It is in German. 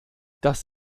das